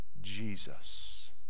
Jesus